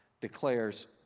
declares